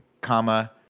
comma